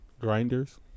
Grinders